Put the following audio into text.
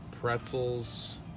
Pretzels